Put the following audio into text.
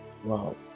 Wow